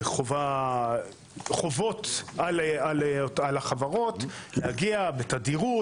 חובות על החברות להגיע בתדירות,